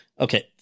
okay